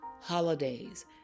holidays